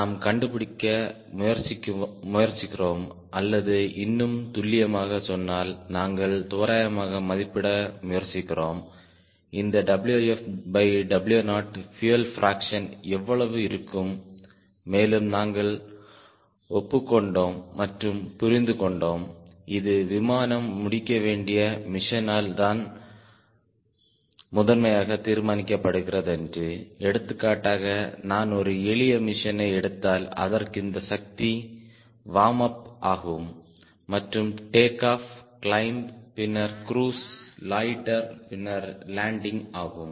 நாம் கண்டுபிடிக்க முயற்சிக்கிறோம் அல்லது இன்னும் துல்லியமாக சொன்னால் நாங்கள் தோராயமாக மதிப்பிட முயற்சிக்கிறோம் இந்த WfW0 பியூயல் பிராக்சன் எவ்வளவு இருக்கும் மேலும் நாங்கள் ஒப்புக்கொண்டோம் மற்றும் புரிந்து கொண்டோம் இது விமானம் முடிக்க வேண்டிய மிஷனால் தான் முதன்மையாக தீர்மானிக்கப்படுகிறது என்று எடுத்துக்காட்டாக நான் ஒரு எளிய மிஷனை எடுத்தால் அதற்கு இந்த பகுதி வார்ம் அப் ஆகும் மற்றும் டேக் ஆஃப் கிளைம்ப் பின்னர் க்ரூஸ் லொய்ட்டர் பின்னர் லேண்டிங் ஆகும்